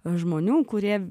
žmonių kurie